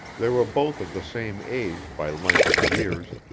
they were both of the same age by length of years,